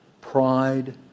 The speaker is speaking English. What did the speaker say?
pride